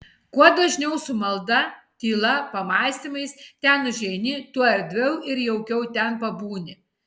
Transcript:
kuo dažniau su malda tyla pamąstymais ten užeini tuo erdviau ir jaukiau ten pabūni